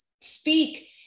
speak